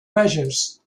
measures